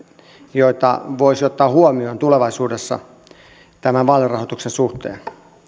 joita voisi ottaa huomioon tulevaisuudessa tämän vaalirahoituksen suhteen